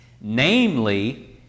Namely